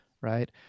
right